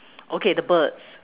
okay the birds